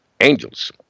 angels